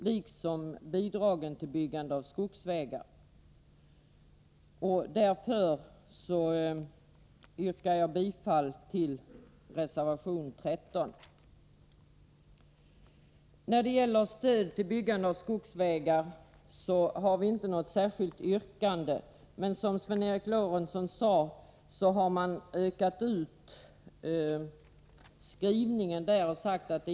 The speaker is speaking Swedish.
Detsamma gäller bidragen till byggande av skogsvägar. Jag yrkar bifall till reservation 13. När det gäller stöd till byggande av skogsvägar har vi inget särskilt yrkande, men som Sven Eric Lorentzon sade går man i utskottets skrivning längre än i propositionen.